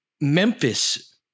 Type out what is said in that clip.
Memphis